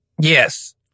Yes